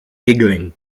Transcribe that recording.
giggling